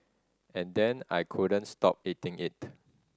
and then I couldn't stop eating it